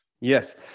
yes